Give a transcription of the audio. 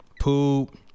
poop